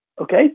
okay